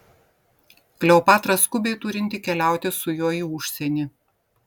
kleopatra skubiai turinti keliauti su juo į užsienį